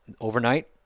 overnight